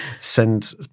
Send